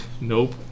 Nope